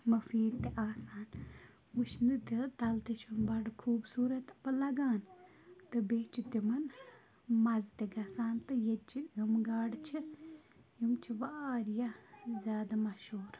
مٔفیٖد تہِ آسان وٕچھنہٕ تہِ تَلہٕ تہِ چھِم بَڑٕ خوٗبصوٗرَت لَگان تہٕ بیٚیہِ چھِ تِمَن مَزٕ تہِ گژھان تہٕ ییٚتہِ چہِ یِم گاڈٕ چھِ یِم چھِ واریاہ زیادٕ مَشہوٗر